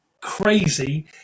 crazy